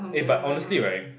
eh but honestly right